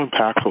impactful